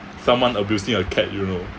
someone abusing a cat you know